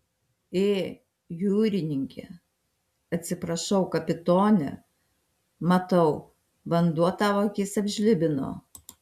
ė jūrininke atsiprašau kapitone matau vanduo tau akis apžlibino